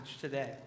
today